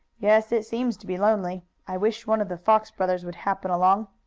yes, it seems to be lonely. i wish one of the fox brothers would happen along.